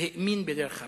והאמין בדרך הפשרה.